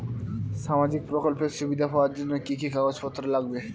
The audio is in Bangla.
সামাজিক প্রকল্পের সুবিধা পাওয়ার জন্য কি কি কাগজ পত্র লাগবে?